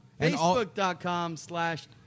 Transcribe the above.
Facebook.com/slash